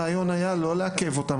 לכן הרעיון היה לא לעכב אותם,